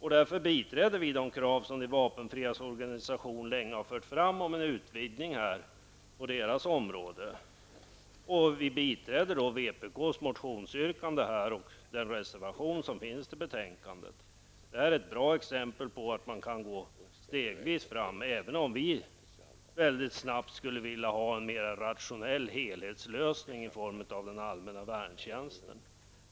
Därför biträder vi de krav som de vapenfrias organisation länge fört fram beträffande en utvidgning här på deras område. Vi biträder alltså vänsterpartiets motionsyrkande och den reservation som finns i betänkandet. Det här är ett bra exempel på att man kan gå stegvis fram, även om vi väldigt snabbt skulle vilja ha en mera rationell helhetslösning i form av en allmän värntjänst.